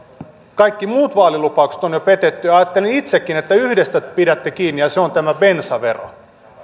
kaikki muut vaalilupaukset on jo petetty ja ajattelin itsekin että yhdestä pidätte kiinni ja se on tämä bensavero